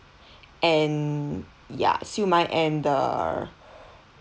and ya siu mai and the err